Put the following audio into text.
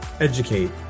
educate